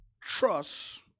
trust